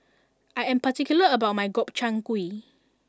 I am particular about my Gobchang Gui